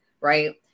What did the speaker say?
right